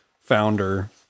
founder